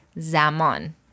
zaman